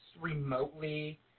remotely